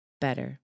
better